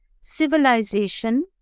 civilization